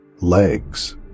legs